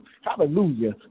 Hallelujah